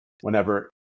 whenever